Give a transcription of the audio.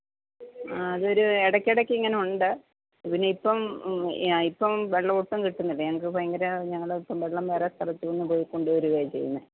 അതൊരു ഇടക്കിടയ്ക്ക് ഇങ്ങനെ ഉണ്ട് പിന്നെ ഇപ്പം ഇപ്പം വെള്ളം ഒട്ടും കിട്ടുന്നില്ല ഞങ്ങൾക്ക് ഭയങ്കര ഞങ്ങളിപ്പോൾ വെള്ളം വേറെ സ്ഥലത്തൂന്ന് പോയി കൊണ്ട് വരുകയാണ് ചെയ്യുന്നത്